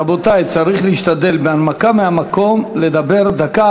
רבותי, צריך להשתדל, בהנמקה מהמקום, לדבר דקה.